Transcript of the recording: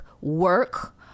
work